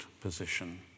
position